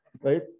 right